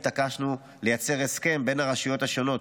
התעקשנו לייצר הסכם בין הרשויות השונות,